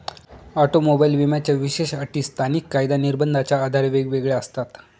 automobile विम्याच्या विशेष अटी स्थानिक कायदा निर्बंधाच्या आधारे वेगवेगळ्या असतात